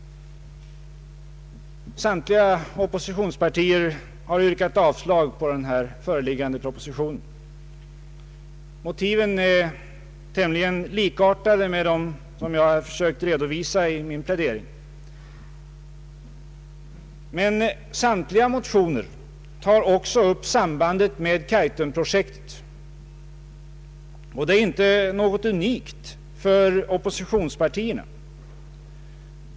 Samtliga oppositionspartier har yrkat avslag på den här föreliggande propositionen. Motiven är tämligen lika dem jag försökt redovisa i min plädering, men samtliga motioner tar också upp sambandet med Kaitumprojektet. Det är inte något unikt för oppositionspartierna.